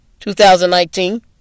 2019